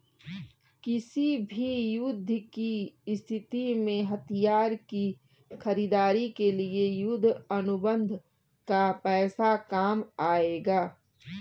किसी भी युद्ध की स्थिति में हथियार की खरीदारी के लिए युद्ध अनुबंध का पैसा काम आएगा